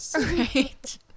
Right